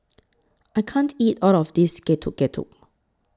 I can't eat All of This Getuk Getuk